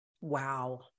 Wow